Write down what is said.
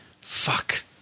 Fuck